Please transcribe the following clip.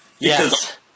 Yes